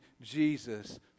Jesus